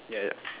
ya ya